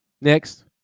next